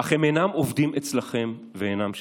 אך אינם עובדים אצלכם ואינם שלכם.